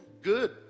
Good